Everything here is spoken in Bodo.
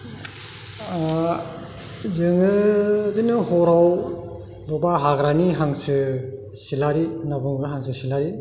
जोङो बिदिनो हराव बबेबा हाग्रानि हांसो सिलारि होनना बुङो हांसो सिलारि